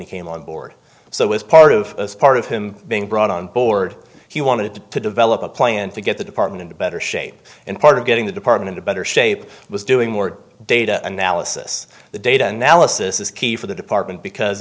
he came on board so as part of part of him being brought on board he wanted to develop a plan to get the department into better shape and part of getting the department to better shape was doing more data analysis the data analysis is key for the department because